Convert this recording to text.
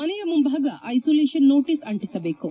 ಮನೆಯ ಮುಂಭಾಗ isolation notice ಅಂಟಿಸಬೇಕು